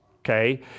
okay